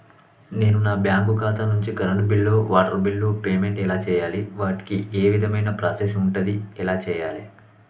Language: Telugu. నేను నా బ్యాంకు ఖాతా నుంచి కరెంట్ బిల్లో వాటర్ బిల్లో పేమెంట్ ఎలా చేయాలి? వాటికి ఏ విధమైన ప్రాసెస్ ఉంటది? ఎలా చేయాలే?